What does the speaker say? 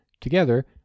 Together